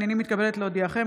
הינני מתכבדת להודיעכם,